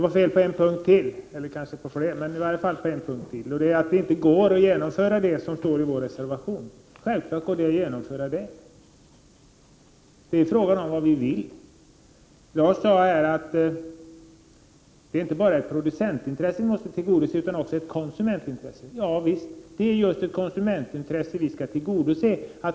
Lars Ernestam hade även fel på åtminstone ytterligare en punkt, nämligen att det inte går att genomföra det som står i reservation 3. Självklart går det att genomföra. Det handlar bara om vad vi vill. Lars Ernestam sade att det inte bara är producentintresset som måste tillgodoses utan även konsumentintresset. Det är just konsumentintresset som vi skall tillgodose.